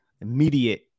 immediate